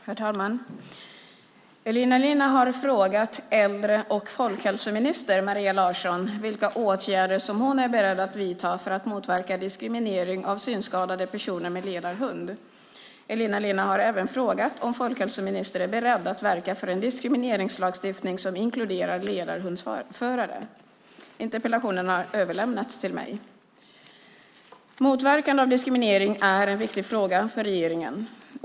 Herr talman! Elina Linna har frågat äldre och folkhälsominister Maria Larsson vilka åtgärder som hon är beredd att vidta för att motverka diskriminering av synskadade personer med ledarhund. Elina Linna har även frågat om folkhälsoministern är beredd att verka för en diskrimineringslagstiftning som inkluderar ledarhundsförare. Interpellationen har överlämnats till mig. Motverkande av diskriminering är en viktig fråga för regeringen.